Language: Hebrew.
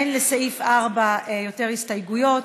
אין לסעיף 4 יותר הסתייגויות.